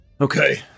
Okay